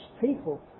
people